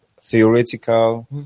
theoretical